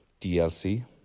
DLC